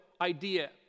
idea